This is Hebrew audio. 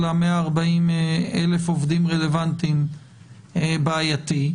של 140,000 העובדים הרלוונטיים בעייתי,